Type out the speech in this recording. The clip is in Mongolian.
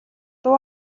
дуу